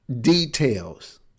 details